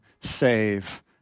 save